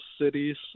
cities